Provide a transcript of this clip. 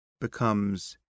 becomes